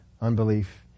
unbelief